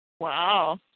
Wow